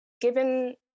given